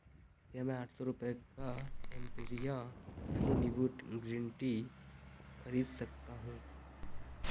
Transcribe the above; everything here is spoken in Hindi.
क्या मैं आठ सौ रुपये का एम्पिरिआ हनी नींबू ग्रीन टी खरीद सकता हूँ